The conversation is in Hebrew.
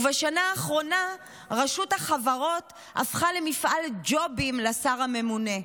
ובשנה האחרונה רשות החברות הפכה למפעל ג'ובים לשר הממונה,